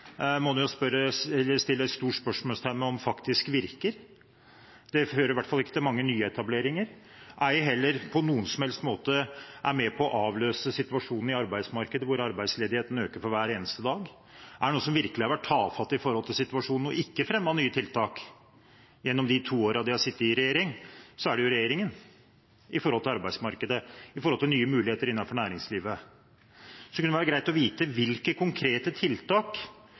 må man jo sette et stort spørsmålstegn ved om faktisk virker. Det fører i hvert fall ikke til mange nyetableringer – ei heller er det på noen som helst måte med på å løse situasjonen i arbeidsmarkedet, hvor arbeidsledigheten øker for hver eneste dag. Er det noen som virkelig har vært tafatte i situasjonen, og ikke har fremmet nye tiltak gjennom de to årene de har sittet, er det jo regjeringen når det gjelder arbeidsmarkedet, når det gjelder nye muligheter innenfor næringslivet. Det kunne være greit å vite hvilke konkrete tiltak